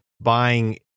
buying